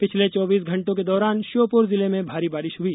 पिछले चौबीस घण्टों के दौरान श्योपुर जिले में भारी बारिश हुई